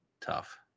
tough